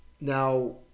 now